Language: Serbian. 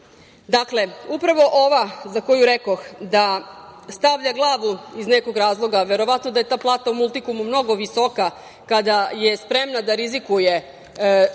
Srbije. Dakle, upravo ova za koju rekoh da stavlja glavu iz nekog razloga, verovatno da je ta plata u „Multikomu“ mnogo visoka kada je spremna da rizikuje svoj